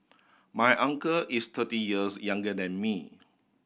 my uncle is thirty years younger than me